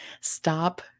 Stop